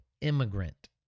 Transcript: immigrant